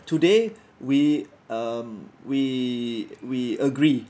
today we um we we agree